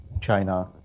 China